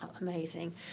amazing